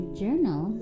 journal